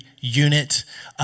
Unit